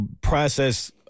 process